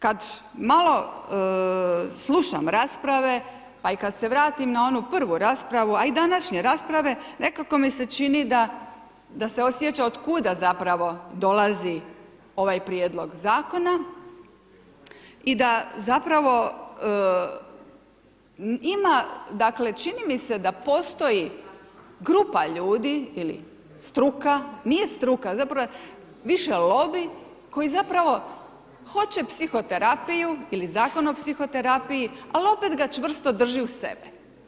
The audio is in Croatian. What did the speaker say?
Kad malo slušam rasprave pa i kad se vratim na onu prvu raspravu a i današnje rasprave, nekako mi se čini da se osjeća otkuda zapravo dolazi ovaj prijedlog zakona i da zapravo ima, dakle čini mi se da postoji grupa ljudi ili struka, nije struka, zapravo je više lobij koji zapravo hoće psihoterapiju ili Zakon o psihoterapiji ali opet ga čvrsto drži uz sebe.